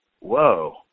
whoa